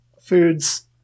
foods